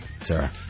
Sarah